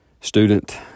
student